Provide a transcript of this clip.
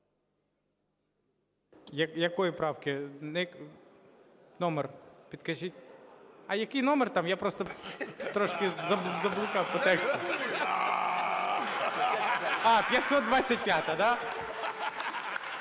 Якої правки, номер підкажіть. А який номер, я просто заблукав по тексту. А, 525-а, да?